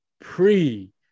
pre